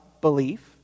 belief